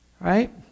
right